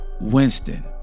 Winston